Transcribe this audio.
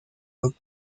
luc